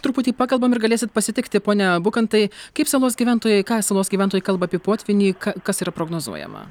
truputį pakalbam ir galėsit pasitikti pone bukantai kaip salos gyventojai ką salos gyventojai kalba apie potvynį kas yra prognozuojama